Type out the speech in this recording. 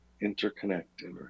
interconnected